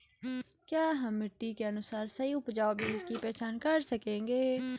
क्या हम मिट्टी के अनुसार सही उपजाऊ बीज की पहचान कर सकेंगे?